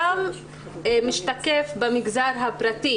גם משתקף במגזר הפרטי,